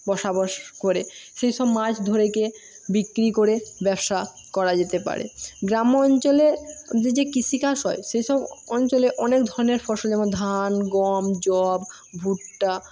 বসবাস করে সেই সব মাছ ধরেকে বিক্রি করে ব্যবসা করা যেতে পারে গ্রাম্য অঞ্চলে যে যে কৃষি হয় সে সব অঞ্চলে অনেক ধরনের ফসল যেমন ধান গম যব ভুট্টা